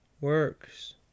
works